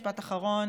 משפט אחרון,